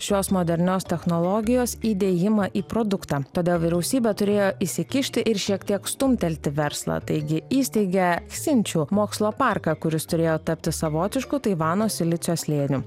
šios modernios technologijos įdėjimą į produktą todėl vyriausybė turėjo įsikišti ir šiek tiek stumtelti verslą taigi įsteigė ksinčiu mokslo parką kuris turėjo tapti savotišku taivano silicio slėniu